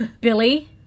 Billy